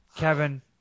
Kevin